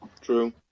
True